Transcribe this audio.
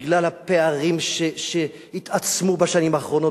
בגלל הפערים שהתעצמו בשנים האחרונות,